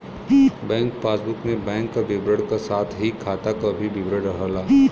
bank passbook में bank क विवरण क साथ ही खाता क भी विवरण रहला